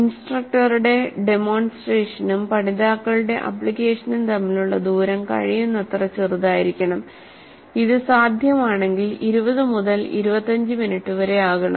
ഇൻസ്ട്രക്ടറുടെ ഡെമോൺസ്ട്രേഷനും പഠിതാക്കളുടെ ആപ്ലിക്കേഷനും തമ്മിലുള്ള ദൂരം കഴിയുന്നത്ര ചെറുതായിരിക്കണം ഇത് സാധ്യമാണെങ്കിൽ 20 മുതൽ 25 മിനിറ്റ് വരെ ആകണം